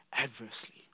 adversely